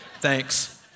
Thanks